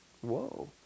Whoa